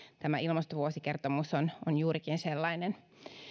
tämä ilmastovuosikertomus on on juurikin sellainen